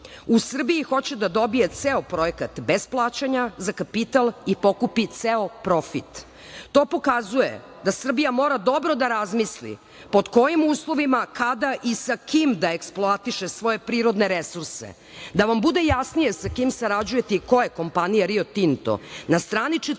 u Srbiji hoće da dobije ceo projekat bez plaćanja za kapital i pokupi ceo profit. To pokazuje da Srbija mora dobro da razmisli pod kojim uslovima kada i sa kim da eksploatiše svoje prirodne resurse? Da vam bude jasnije sa kim sarađujete i ko je kompanija „Rio Tinto„ na strani 14.